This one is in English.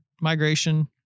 migration